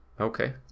Okay